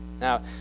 Now